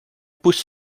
bus